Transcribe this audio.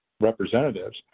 representatives